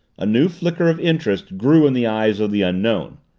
a new flicker of interest grew in the eyes of the unknown.